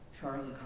Charlie